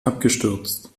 abgestürzt